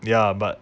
ya but